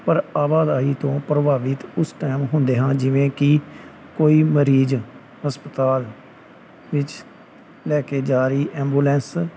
ਪਰ ਆਵਾਜ਼ਾਈ ਤੋਂ ਪ੍ਰਭਾਵਿਤ ਉਸ ਟਾਈਮ ਹੁੰਦੇ ਹਾਂ ਜਿਵੇਂ ਕੀ ਕੋਈ ਮਰੀਜ਼ ਹਸਪਤਾਲ ਵਿੱਚ ਲੈ ਕੇ ਜਾ ਰਹੀ ਐਬੂਲੈਂਸ